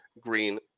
Green